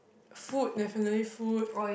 food definitely food